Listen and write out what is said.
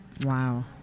Wow